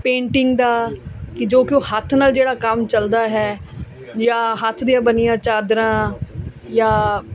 painting ਦਾ ਕਿ ਜੋ ਕਿ ਉਹ ਹੱਥ ਨਾਲ ਜਿਹੜਾ ਕੰਮ ਚਲਦਾ ਹੈ ਜਾਂ ਹੱਥ ਦੀਆਂ ਬਣੀਆਂ ਚਾਦਰਾਂ ਜਾਂ